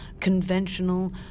conventional